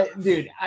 dude